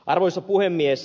arvoisa puhemies